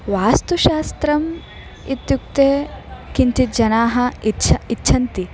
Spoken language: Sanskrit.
वास्तुशास्त्रम् इत्युक्ते किञ्चित् जनाः इच्छन्ति इच्छन्ति